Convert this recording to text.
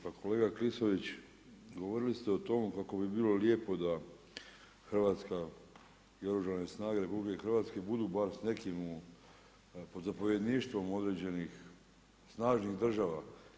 Pa kolega Klisović, govorili ste o tome kako bi bilo lijepo da Hrvatska i Oružane snage RH budu bar s nekim pod zapovjedništvom određenih snažnih država.